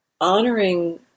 honoring